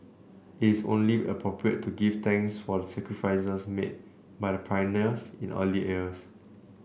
it's only appropriate to give thanks for the sacrifices made by the pioneers in the early years